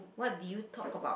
what did you talk about